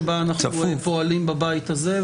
שבה אנחנו פועלים בבית הזה.